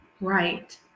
Right